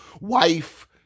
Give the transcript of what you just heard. wife